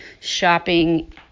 shopping